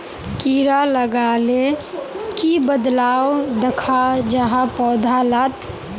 कीड़ा लगाले की बदलाव दखा जहा पौधा लात?